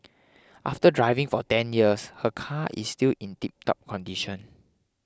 after driving for ten years her car is still in tiptop condition